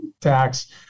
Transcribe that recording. tax